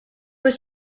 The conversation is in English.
was